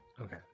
okay